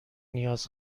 نیاز